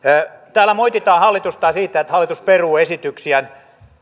täällä moititaan hallitusta siitä että hallitus peruu esityksiään